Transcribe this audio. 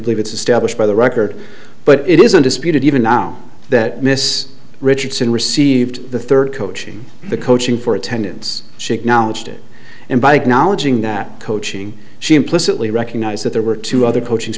believe it's established by the record but it isn't disputed even now that miss richardson received the third coaching the coaching for attendance she acknowledged it and by acknowledging that coaching she implicitly recognized that there were two other coaches